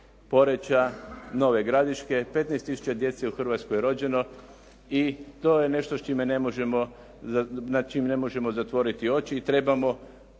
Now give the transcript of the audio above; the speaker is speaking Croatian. Poreča, Nove Gradiške. 15 tisuća djece u Hrvatskoj je rođeno i to je nešto nad čime ne možemo zatvoriti oči i trebamo